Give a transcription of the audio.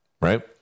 right